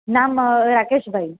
નામ રાકેશભાઈ